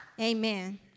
Amen